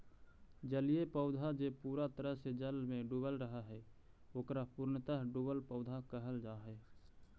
जलीय पौधा जे पूरा तरह से जल में डूबल रहऽ हई, ओकरा पूर्णतः डुबल पौधा कहल जा हई